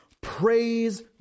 Praise